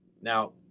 Now